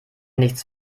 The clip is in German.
nichts